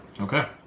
okay